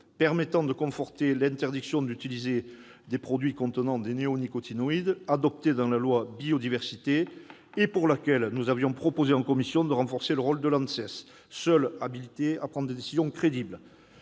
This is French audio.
permettant de conforter l'interdiction d'utiliser des produits contenant des néonicotinoïdes, adoptée dans la loi biodiversité. Nous avions proposé en commission de renforcer de rôle de l'ANSES, seule habilitée à prendre des décisions crédibles.